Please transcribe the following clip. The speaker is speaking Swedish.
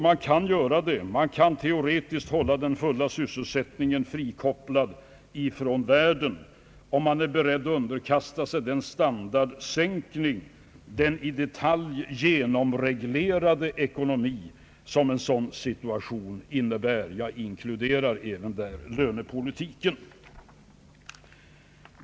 Man kan klara det, man kan teoretiskt hålla den fulla sysselsättningen frikopplad från världen, om man är beredd att underkasta sig den standardsänkning, den i detalj genomreglerade ekonomi som en sådan situation innebär. Jag inkluderar där även lönepolitiken.